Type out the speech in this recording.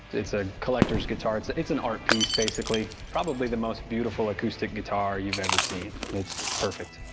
it's a collectors guitar. it's it's an art piece, basically. probably the most beautiful acoustic guitar you've ever seen. it's perfect.